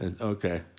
Okay